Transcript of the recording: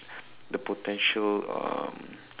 the potential um